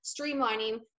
streamlining